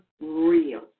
real